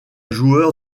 joueur